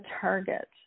target